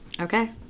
okay